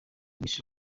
miss